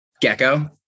Gecko